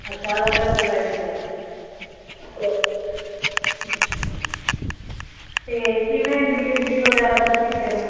ਅੱਛਾ ਅਲੱਗ ਅਲੱਗ ਵਿਰਾਇਟੀ ਐ ਅੱਛਾ ਜੀ ਤੇ ਕਿਵੇਂ ਡਿਲਿਵਰੀ ਵਗੈਰਾ ਤੁਸੀਂ ਫੇਰ